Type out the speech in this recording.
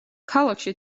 ქალაქში